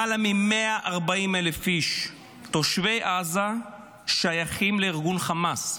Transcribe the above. למעלה מ-140,000 איש תושבי עזה שייכים לארגון חמאס.